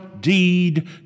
deed